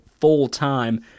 full-time